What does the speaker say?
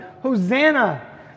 Hosanna